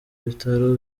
bitaro